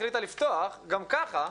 החליטה לפתוח גם ככה,